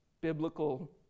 biblical